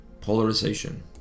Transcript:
polarization